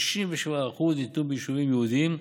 67% ניתנו ביישובים יהודיים,